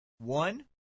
One